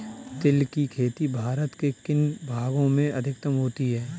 तिल की खेती भारत के किन भागों में अधिकतम होती है?